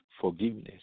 forgiveness